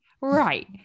right